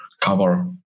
cover